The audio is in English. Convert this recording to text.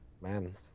Man